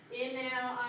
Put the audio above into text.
inhale